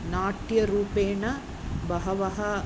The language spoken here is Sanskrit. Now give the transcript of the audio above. नाट्यरूपेण बहवः